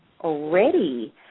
already